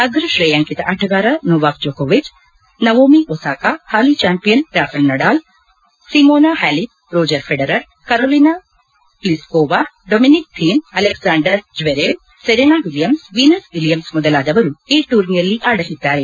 ಅಗ್ರ ಶ್ರೇಯಾಂಕಿತ ನೊವಾಕ್ ಜೊಕೋವಿಚ್ ನಯೋಮಿ ಒಸಾಕಾ ಹಾಲಿ champion Rafael Nadal Simona Halep Roger Federer Karolina Pliskova Dominic Thiem Alexander Zverev Serena Williams Venus Williams ಮೊದಲಾದವರು ಈ ಟೂರ್ನಿಯಲ್ಲಿ ಆಡಲಿದ್ದಾರೆ